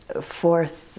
fourth